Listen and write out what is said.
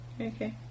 Okay